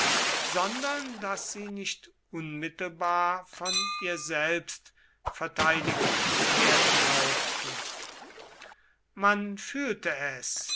sondern daß sie nicht unmittelbar von ihr selbst verteidigt zu werden brauchten man fühlte es